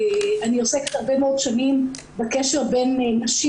אני עוסקת הרבה מאוד שנים בקשר בין נשים